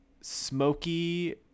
smoky